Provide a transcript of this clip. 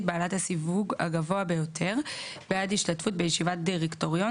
בעלת הסיווג הגבוה ביותר בעד השתתפות בישיבת דירקטוריון